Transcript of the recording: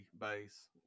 base